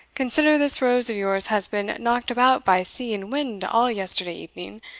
consider this rose of yours has been knocked about by sea and wind all yesterday evening,